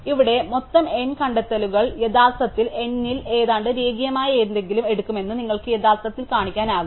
ഇവിടെ മൊത്തം n കണ്ടെത്തലുകൾ യഥാർത്ഥത്തിൽ n ൽ ഏതാണ്ട് രേഖീയമായ എന്തെങ്കിലും എടുക്കുമെന്ന് നിങ്ങൾക്ക് യഥാർത്ഥത്തിൽ കാണിക്കാനാകും